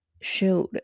showed